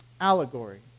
allegory